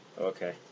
Okay